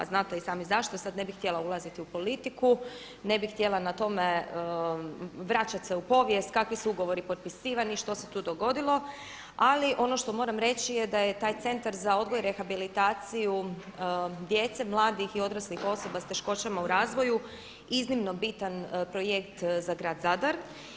Znate i sami zašto, sad ne bih htjela ulaziti u politiku, ne bih htjela na tome vraćati se u povijest, kakvi su ugovori potpisivani, što se tu dogodilo, ali ono što moram reći da je taj Centar za odgoj i rehabilitaciju djece, mladih i odraslih osoba sa teškoćama u razvoju iznimno bitan projekt za grad Zadar.